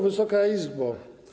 Wysoka Izbo!